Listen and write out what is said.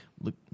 look